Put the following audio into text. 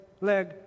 leg